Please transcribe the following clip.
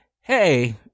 Hey